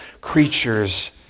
creatures